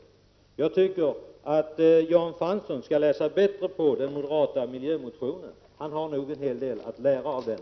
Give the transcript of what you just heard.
Jag tycker att Jan Fransson skall läsa på den moderata miljömotionen bättre. Han har nog en hel del att lära av den.